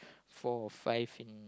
four or five in